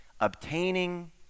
obtaining